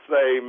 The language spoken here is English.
Say